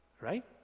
right